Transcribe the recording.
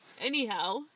Anyhow